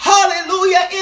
Hallelujah